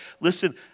listen